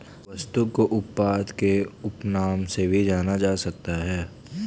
वस्तु को उत्पाद के उपनाम से भी जाना जा सकता है